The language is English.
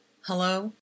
hello